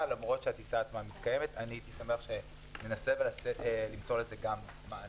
למרות שהטיסה עצמה מתקיימת הייתי שמח שננסה למצוא לזה גם מענה.